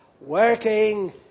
working